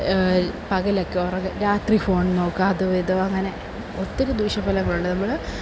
പകലൊക്കെ ഉറങ്ങുക രാത്രി ഫോൺ നോക്കുക അതുമിതും അങ്ങനെ ഒത്തിരി ദൂഷ്യഫലങ്ങളുണ്ട് നമ്മൾ